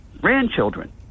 grandchildren